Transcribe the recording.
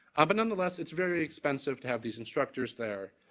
but, nonetheless, it's very expensive to have these instructors there.